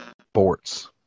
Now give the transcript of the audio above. Sports